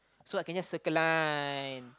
so I can just Circle Line